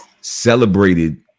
celebrated